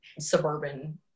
suburban